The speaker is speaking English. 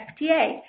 FTA